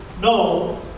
no